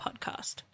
podcast